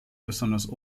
besonders